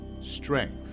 Strength